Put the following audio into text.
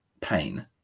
pain